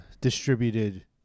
Distributed